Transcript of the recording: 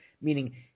meaning